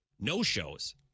no-shows